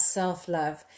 self-love